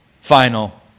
final